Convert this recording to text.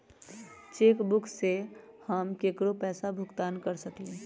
cheque book से हम केकरो पैसा भुगतान कर सकली ह